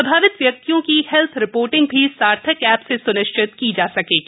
प्रभावित व्यक्तियों की हेल्थ रिपोर्टिंग भी सार्थक एप से स्निश्चित की जा सकेगी